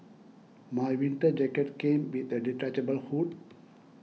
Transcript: my winter jacket came with a detachable hood